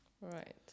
Right